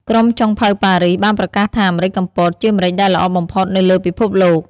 ក្រុមចុងភៅប៉ារីស បានប្រកាសថា ម្រេចកំពត ជាម្រេចដែលល្អបំផុតនៅលើពិភពលោក។